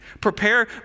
Prepare